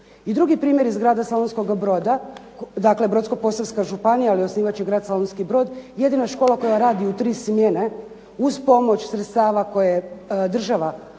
I drugi primjer iz grada Slavonskoga Broda, dakle Brodsko-posavska županija, ali osnivač je grad Slavonski Brod, jedina škola koja radi u tri smjene, uz pomoć sredstava koje je država